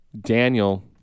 Daniel